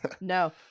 no